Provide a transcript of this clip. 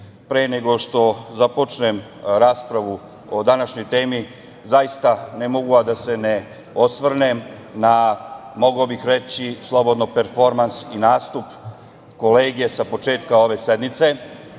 pre nego što započnem raspravu o današnjoj temi, zaista ne mogu a da se ne osvrnem na, mogao bih reći slobodno, performans i nastup kolege sa početka ove sednice,